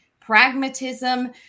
pragmatism